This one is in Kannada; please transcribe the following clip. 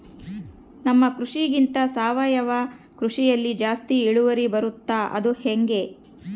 ನಮ್ಮ ಕೃಷಿಗಿಂತ ಸಾವಯವ ಕೃಷಿಯಲ್ಲಿ ಜಾಸ್ತಿ ಇಳುವರಿ ಬರುತ್ತಾ ಅದು ಹೆಂಗೆ?